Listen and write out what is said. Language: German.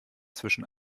zwischen